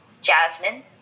jasmine